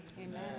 Amen